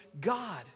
God